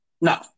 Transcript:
No